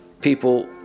people